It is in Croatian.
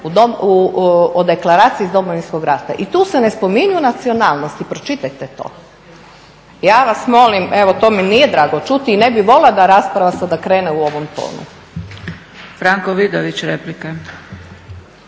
o Deklaraciji iz Domovinskog rata i tu se ne spominju nacionalnosti. Pročitajte to. Ja vas molim, evo to mi nije drago čuti i ne bi volila da rasprava sada krene u ovom tonu. **Zgrebec, Dragica